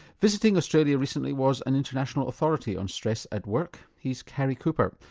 visiting australia recently was an international authority on stress at work. he's cary cooper,